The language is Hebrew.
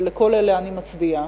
לכל אלה אני מצדיעה.